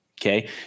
Okay